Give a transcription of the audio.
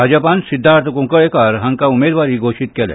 भाजपान सिद्धार्थ कुंकळयेंकार हांकां उमेदवारी घोशीत केल्या